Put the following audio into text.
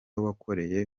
wakoreye